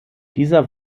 dieser